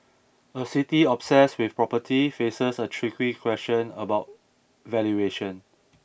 a city obsessed with property faces a tricky question about valuation